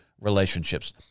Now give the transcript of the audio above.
relationships